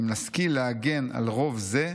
אם נשכיל להגן על רוב זה,